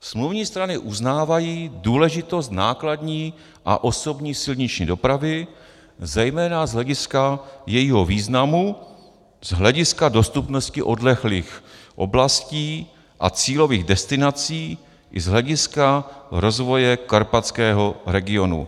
Smluvní strany uznávají důležitost nákladní a osobní silniční dopravy, zejména z hlediska jejího významu z hlediska dostupnosti odlehlých oblasti a cílových destinací i z hlediska rozvoje karpatského regionu.